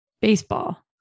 baseball